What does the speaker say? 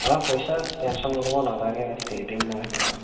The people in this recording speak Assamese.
অ' পইচাৰ টেনশ্যন ল'ব নালাগে দি দিম মই বাৰু